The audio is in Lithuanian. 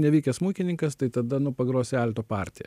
nevykęs smuikininkas tai tada nu pagrosi alto partiją